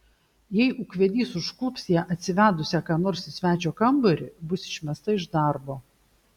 jei ūkvedys užklups ją atsivedusią ką nors į svečio kambarį bus išmesta iš darbo